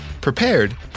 prepared